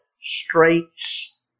straits